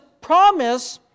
promise